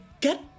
get